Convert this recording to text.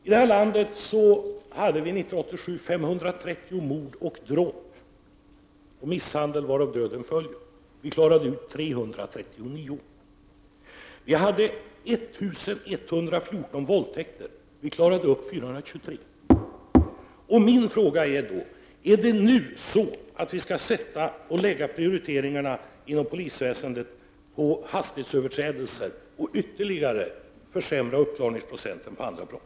I det här landet hade vi 530 mord, dråp och misshandelsfall med död som följd år 1987 Vi klarade upp 339. Vi hade 1114 våldtäkter. Vi klarade upp 423. Min fråga är då: Skall vi sätta prioriteringarna inom polisväsendet på hastighetsöverträdelserna och ytterligare försämra uppklaringsprocenten vid andra brott?